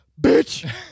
bitch